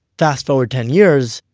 fast forward ten years.